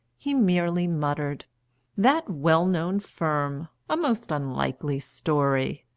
he merely muttered that well-known firm! a most unlikely story!